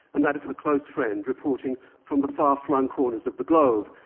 and that of her close friend reporting from the far-flung corners of the globe.